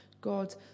God